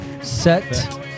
set